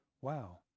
Wow